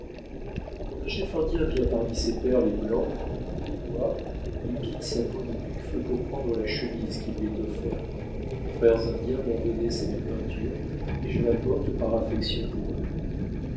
un chef indien vient parmi ses pères les blancs répondit heyward il quitte sa peau de buffle pour prendre la chemise qui lui est offerte mes frères indiens m'ont donné cette peinture et je la porte par affection pour eux